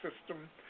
system